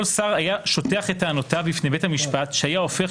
שר היה שוטח את טענותיו בפני בית המשפט שהיה הופך,